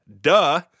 Duh